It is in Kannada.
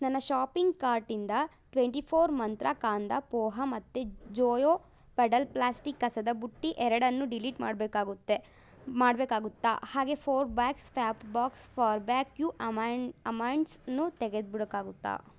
ನನ್ನ ಶಾಪಿಂಗ್ ಕಾರ್ಟಿಂದ ಟ್ವೆಂಟಿ ಫೋರ್ ಮಂತ್ರ ಕಾಂದಾ ಪೋಹಾ ಮತ್ತು ಜೋಯೋ ಪೆಡಲ್ ಪ್ಲಾಸ್ಟಿಕ್ ಕಸದ ಬುಟ್ಟಿ ಎರಡನ್ನೂ ಡಿಲೀಟ್ ಮಾಡಬೇಕಾಗುತ್ತೆ ಮಾಡಬೇಕಾಗುತ್ತಾ ಹಾಗೇ ಫೋರ್ ಬ್ಯಾಕ್ಸ್ ಫ್ಯಾಬ್ಬಾಕ್ಸ್ ಫಾರ್ಬ್ಯಾಕ್ಯೂ ಅಮಂಡ್ ಅಮಂಡ್ಸನ್ನೂ ತೆಗೆದು ಬಿಡೊಕ್ಕಾಗುತ್ತಾ